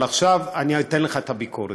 אבל עכשיו אני אתן לך את הביקורת.